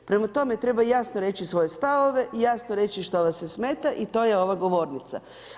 Prema tome, treba jasno reći svoje stavove i jasno reći što vas smeta i to to je ova govornica.